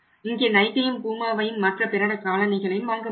இங்கே நைக்கையும் பூமாவையும் மற்ற பிற காலணிகளையும் வாங்க முடியும்